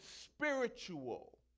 spiritual